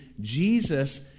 Jesus